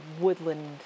woodland